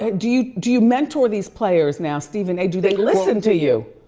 ah do you do you mentor these players now, stephen a? do they listen to you.